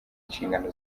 inshingano